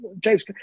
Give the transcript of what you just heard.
James